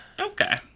Okay